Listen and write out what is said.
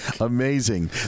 Amazing